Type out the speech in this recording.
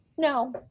No